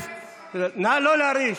נא לא להרעיש.